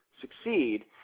succeed